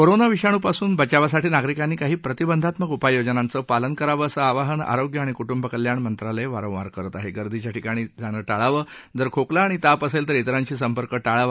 corona विषाणूपासून बचावासाठी नागरिकांनी काही प्रतिबंधात्मक उपाययोजनांचं पालन करावं असं आवाहन आरोग्य आणि कुटुंबे कल्याण मंत्रालय वारंवार करत आह गर्दीच्या ठिकाणी जाणं ळावं जर खोकला आणि ताप असल्वितर तिरांशी संपर्क ळावा